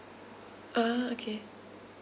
ah okay